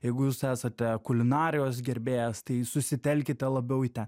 jeigu jūs esate kulinarijos gerbėjas tai susitelkite labiau į ten